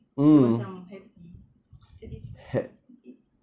dia macam happy satisfied happy